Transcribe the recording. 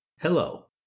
Hello